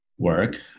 work